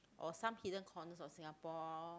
or some hidden corners of Singapore